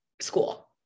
school